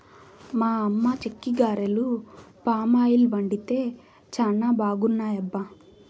మా అమ్మ చెక్కిగారెలు పామాయిల్ వండితే చానా బాగున్నాయబ్బా